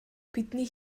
бидний